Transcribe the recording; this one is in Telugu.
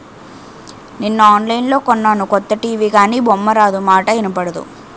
నిన్న ఆన్లైన్లో కొన్నాను కొత్త టీ.వి గానీ బొమ్మారాదు, మాటా ఇనబడదు